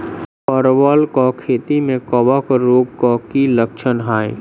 परवल केँ खेती मे कवक रोग केँ की लक्षण हाय?